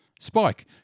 Spike